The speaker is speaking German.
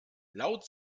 laut